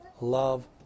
love